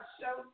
show